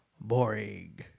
boring